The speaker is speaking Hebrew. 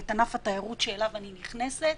ואת ענף התיירות שאליו אני נכנסת.